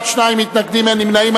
66 בעד, שני מתנגדים, אין נמנעים.